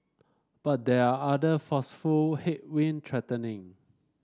but there are other forceful headwind threatening